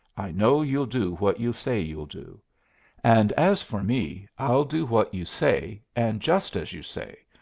i know you'll do what you say you'll do and as for me i'll do what you say and just as you say,